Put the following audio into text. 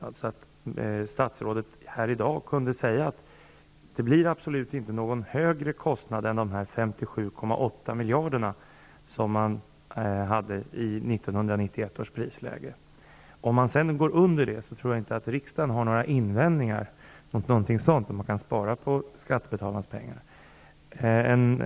Jag önskar att statsrådet här i dag kunde säga att det absolut inte kommer att kosta mer än de 57,8 miljarderna i 1991 års prisläge. Om man går under det priset tror jag inte att riksdagen har några invändningar mot att så sker. Då kan man ju spara när det gäller skattebetalarnas pengar.